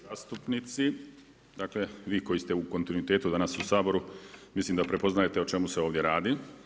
i zastupnici, dakle vi koji ste u kontinuitetu danas u Saboru, mislim da prepoznajete o čemu se ovdje radi.